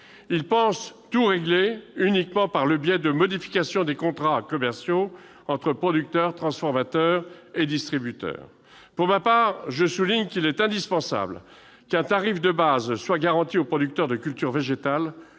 Il pense tout régler uniquement par le biais de modifications des contrats commerciaux entre producteurs, transformateurs et distributeurs. Pour ma part, je souligne qu'il est indispensable qu'un tarif de base soit garanti aux producteurs de cultures végétales